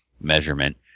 measurement